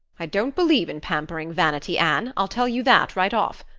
i don't believe in pampering vanity, anne, i'll tell you that right off.